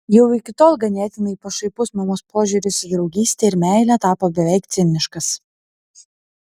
jau iki tol ganėtinai pašaipus mamos požiūris į draugystę ir meilę tapo beveik ciniškas